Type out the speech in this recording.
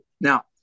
Now